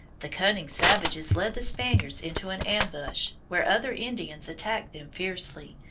the cunning savages led the spaniards into an ambush, where other indians attacked them fiercely,